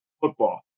football